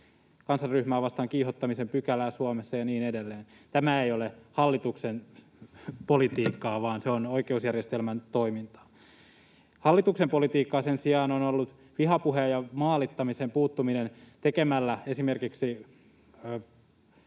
kansanryhmää vastaan kiihottamisen pykälää Suomessa ja niin edelleen. Tämä ei ole hallituksen politiikkaa, vaan se on oikeusjärjestelmän toimintaa. Hallituksen politiikkaa sen sijaan on ollut vihapuheeseen ja maalittamiseen puuttuminen esimerkiksi